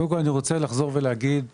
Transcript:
קודם כל, אני רוצה לחזור ולהגיד לכם,